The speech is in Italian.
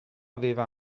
aveva